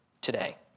today